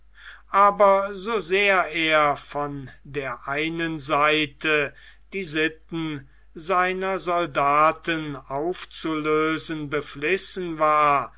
aber so sehr er von der einen seite die sitten seiner soldaten aufzulösen beflissen war